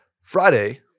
friday